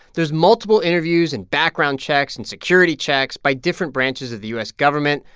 there's multiple interviews and background checks and security checks by different branches of the u s. government,